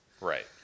Right